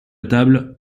table